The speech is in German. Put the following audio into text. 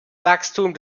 wachstum